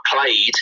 played